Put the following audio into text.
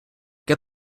get